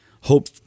hope